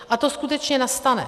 A to skutečně nastane.